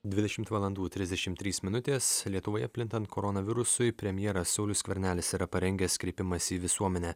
dvidešimt valandų trisdešimt trys minutės lietuvoje plintant koronavirusui premjeras saulius skvernelis yra parengęs kreipimąsi į visuomenę